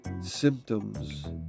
symptoms